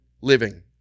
living